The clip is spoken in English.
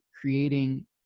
creating